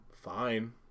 fine